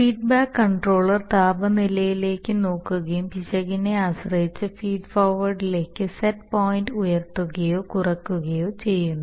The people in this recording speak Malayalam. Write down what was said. ഫീഡ്ബാക്ക് കണ്ട്രോളർ താപനിലയിലേക്ക് നോക്കുകയും പിശകിനെ ആശ്രയിച്ച് ഫീഡ് ഫോർവേഡിലേക്ക് സെറ്റ് പോയിൻറ് ഉയർത്തുകയോ കുറയ്ക്കുകയോ ചെയ്യുന്നു